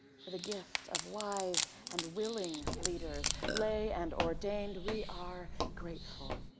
for the gift of wise and willing leaders, lay and ordained, we are grateful.